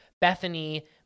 Bethany